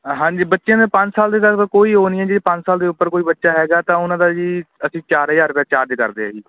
ਹਾਂਜੀ ਬੱਚਿਆ ਦੇ ਪੰਜ ਸਾਲ ਦੇ ਤਰਫ ਤੋਂ ਕੋਈ ਉਹ ਨਹੀਂ ਆ ਜੀ ਪੰਜ ਸਾਲ ਦੇ ਉੱਪਰ ਕੋਈ ਬੱਚਾ ਹੈਗਾ ਤਾਂ ਉਹਨਾਂ ਦਾ ਜੀ ਅਸੀਂ ਚਾਰ ਹਜ਼ਾਰ ਰੁਪਇਆ ਚਾਰਜ ਕਰਦੇ ਹਾਂ ਜੀ